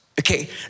Okay